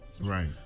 Right